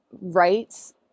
rights